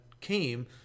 came